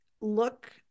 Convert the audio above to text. look